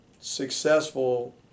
successful